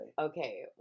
Okay